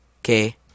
okay